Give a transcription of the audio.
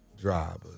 drivers